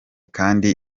kandi